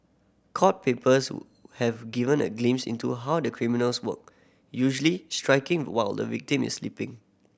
court papers have given a glimpse into a how the criminals work usually striking while the victim is sleeping